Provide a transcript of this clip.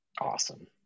Awesome